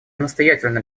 настоятельно